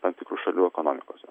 tam tikrų šalių ekonomikose